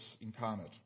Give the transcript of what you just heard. incarnate